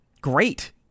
Great